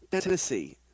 Tennessee